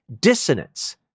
dissonance